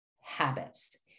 habits